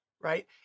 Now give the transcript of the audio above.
right